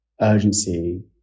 urgency